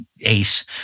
ace